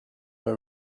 were